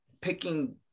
picking